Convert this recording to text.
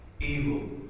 Evil